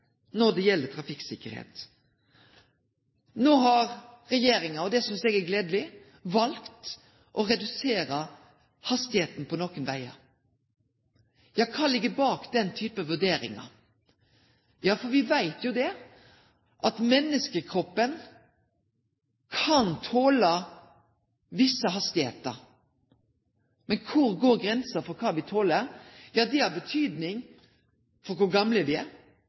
når det gjeld trafikksikkerheit? No har regjeringa – og det synest eg er gledeleg – valt å redusere hastigheita på nokre vegar. Ja, kva ligg bak den typen vurderingar? Me veit jo at menneskekroppen kan tole visse hastigheiter. Men kor går grensa for kva me toler? Det har betydning for kor gamle me er,